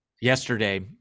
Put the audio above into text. yesterday